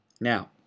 Now